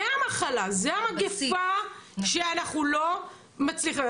זה המחלה, זה המגיפה שאנחנו לא מצליחים.